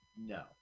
No